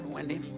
Wendy